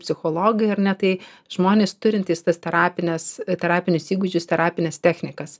psichologai ar ne tai žmonės turintys tas terapines terapinius įgūdžius terapines technikas